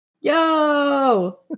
Yo